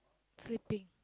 sleeping